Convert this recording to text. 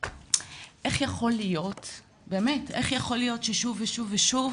איך יכול להיות ששוב ושוב ושוב